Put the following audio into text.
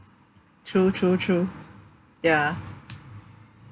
true true true ya